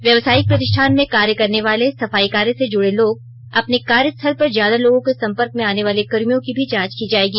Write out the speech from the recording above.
व्यावसायिक प्रतिष्ठान में कार्य करने वाले सफाई कार्य से जुड़े लोग अपने कार्यस्थल पर ज्यादा लोगों के संपर्क में आनेवाले कर्मियों की भी जांच की जाएगी